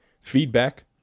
Feedback